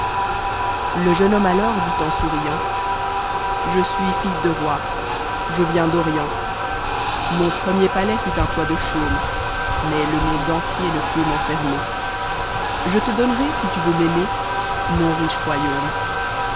le jeune homme alors dit en souriant je sais bis de roi je viens d'orient mon premier paiais fat un toit de ehaume mais ie monde entier ne peut m'enfermer je te donnerai si tu veux m'aimer mon riche royaame